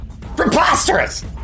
preposterous